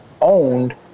owned